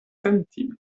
sentime